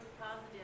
positive